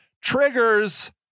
triggers